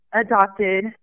adopted